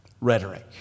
rhetoric